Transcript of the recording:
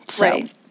Right